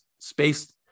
space